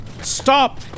Stop